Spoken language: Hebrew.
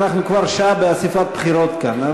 ואנחנו כבר שעה באספת בחירות כאן.